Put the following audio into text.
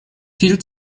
viel